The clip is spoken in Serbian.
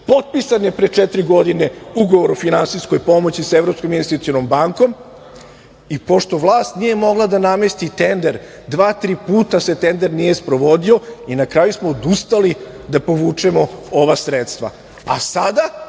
potpisan je pre četiri godine ugovor o finansijskoj pomoći sa Evropskom investicionom bankom i pošto vlast nije mogla da namesti tender, dva, tri puta se tender nije sprovodio i na kraju smo odustali da povučemo ova sredstva. Sada